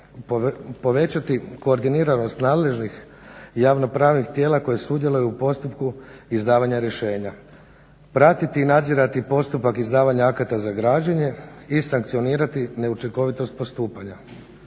povećati koordiniranost nadležnih javnopravnih tijela koje sudjeluju u postupku izdavanja rješenja; pratiti i nadzirati postupak izdavanja akata za građenje i sankcionirati neučinkovitost postupanja.